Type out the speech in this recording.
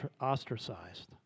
ostracized